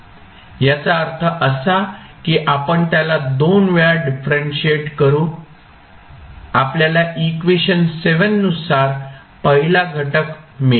याचा अर्थ असा की आपण त्याला दोन वेळा डिफरंशिएट करु आपल्याला इक्वेशन नुसार पहिला घटक मिळेल